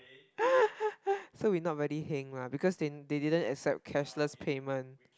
so we not very heng lah because they they didn't accept cashless payment